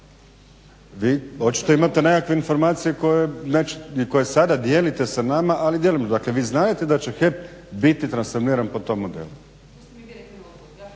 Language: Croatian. Vi očito imate nekakve informacije koje nećete i koje sada dijelite sa nama ali djelomično. Dakle, vi znate da će HEP biti transformiran po tom modelu.